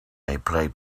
played